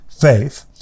faith